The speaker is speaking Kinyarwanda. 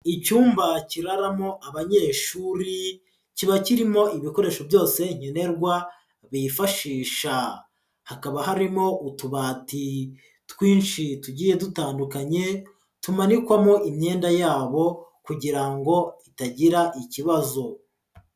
Icyumba kiraramo abanyeshuri kiba kirimo ibikoresho byose nkenenerwa bifashisha, hakaba harimo utubati twinshi tugiye dutandukanye tumanikwamo imyenda yabo, kugira ngo itagira ikibazo.